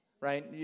right